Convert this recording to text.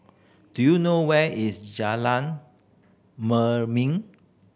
do you know where is Jalan